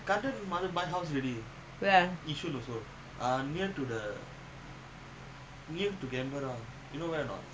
mm new house ah ah what block